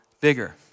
bigger